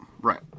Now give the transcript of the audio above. Right